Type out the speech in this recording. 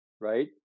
right